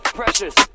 precious